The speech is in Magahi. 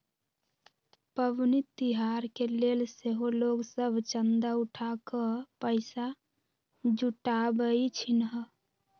पबनि तिहार के लेल सेहो लोग सभ चंदा उठा कऽ पैसा जुटाबइ छिन्ह